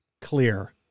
clear